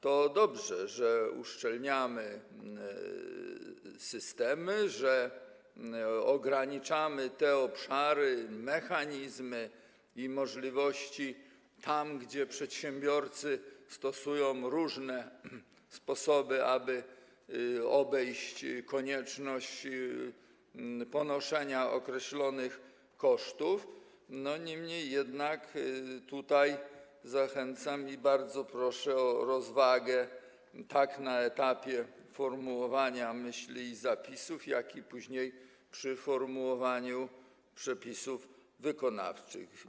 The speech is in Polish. To dobrze, że uszczelniamy systemy, że ograniczamy te obszary, mechanizmy i możliwości tam, gdzie przedsiębiorcy stosują różne sposoby, aby obejść konieczność ponoszenia określonych kosztów, jednak tutaj bardzo proszę o rozwagę tak na etapie formułowania myśli i zapisów, jak i później, przy formułowaniu przepisów wykonawczych.